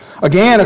Again